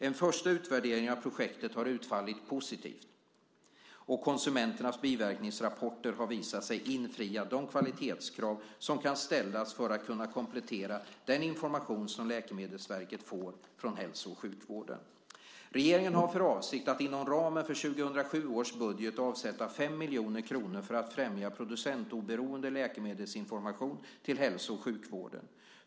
En första utvärdering av projektet har utfallit positivt, och konsumenternas biverkningsrapporter har visat sig infria de kvalitetskrav som kan ställas för att kunna komplettera den information som Läkemedelsverket får från hälso och sjukvården. Regeringen har för avsikt att inom ramen för 2007 års budget avsätta 5 miljoner kronor för att främja producentoberoende läkemedelsinformation till hälso och sjukvården.